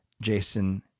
Jason